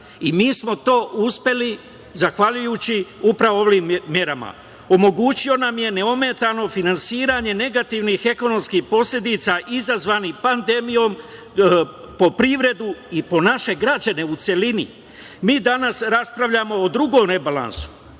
i mi smo to uspeli zahvaljujući upravo ovim merama. Omogućio nam je neometano finansiranje negativnih ekonomskih posledica izazvanih pandemijom po privredu i po naše građane u celini. Mi danas raspravljamo o drugom rebalansu